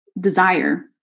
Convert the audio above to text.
desire